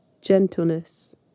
gentleness